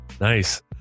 nice